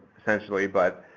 essentially but,